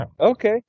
okay